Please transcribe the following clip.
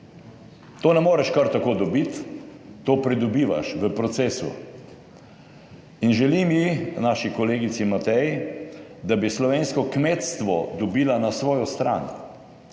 To ne moreš kar tako dobiti, to pridobivaš v procesu in želim ji, naši kolegici Mateji, da bi slovensko kmetstvo dobila na svojo stran